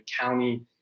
county